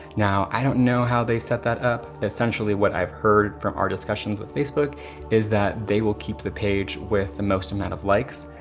now, i don't know how they set that up. essentially, what i've heard from our discussions with facebook is that they will keep the page with the most amount of likes,